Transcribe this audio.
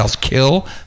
Kill